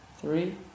three